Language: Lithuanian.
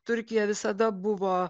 turkija visada buvo